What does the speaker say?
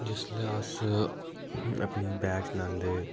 जिसलै अस अपनी बाइक चलांदे